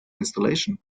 installation